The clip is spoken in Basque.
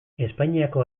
espainiako